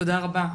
תודה רבה,